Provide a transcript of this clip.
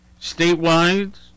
Statewide